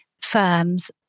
firms